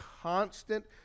constant